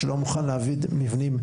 שלא מוכן להביא מבנים,